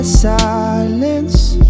silence